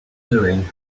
doing